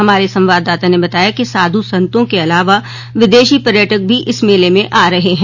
हमारे संवाददाता ने बताया है कि साधु संतों के अलावा विदेशी पर्यटक भी इस मेले में आ रहे हैं